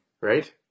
right